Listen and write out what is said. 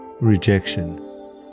rejection